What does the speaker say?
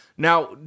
Now